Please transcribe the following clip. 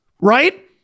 right